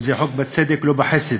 וזה חוק שבא בצדק, לא בחסד.